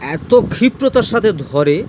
এত ক্ষিপ্রতার সাথে ধরে